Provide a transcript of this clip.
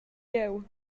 jeu